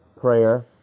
prayer